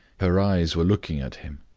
her eyes were looking at him,